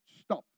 stop